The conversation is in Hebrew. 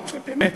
באמת,